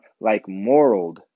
like-moral